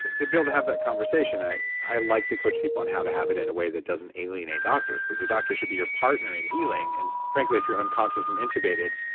to be able to have that conversation, i i like to coach people on how to have it in a way that doesn't alienate doctors, because your doctor should be your partner in healing. and frankly, if you're unconscious and intubated,